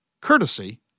courtesy